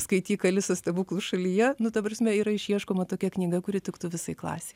skaityk alisą stebuklų šalyje nu ta prasme yra išieškoma tokia knyga kuri tiktų visai klasei